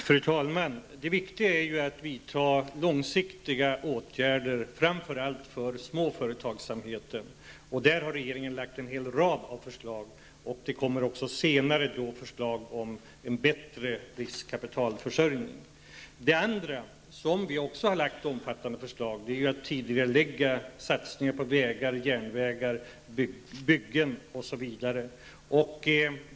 Fru talman! Det viktiga är att vidta långsiktiga åtgärder, framför allt för småföretagsamheten. Där har regeringen framlagt en rad förslag. Senare kommer förslag om en bättre riskkapitalförsörjning. Vidare har vi tidigarelagt satsningar på vägar, järnvägar, byggen etc.